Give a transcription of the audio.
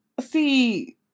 See